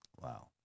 wow